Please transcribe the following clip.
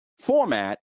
format